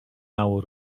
mało